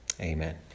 Amen